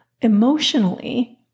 emotionally